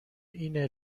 اینه